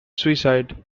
suicide